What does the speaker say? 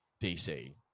DC